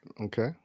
okay